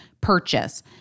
purchase